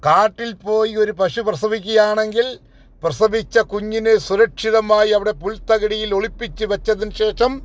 കാട്ടിൽ പോയി ഒരു പശു പ്രസവിക്കുകയാണെങ്കിൽ പ്രസവിച്ച കുഞ്ഞിനെ സുരക്ഷിതമായി അവിടെ പുൽതകിടിയിൽ ഒളിപ്പിച്ച് വെച്ചതിന് ശേഷം